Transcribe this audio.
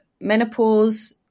menopause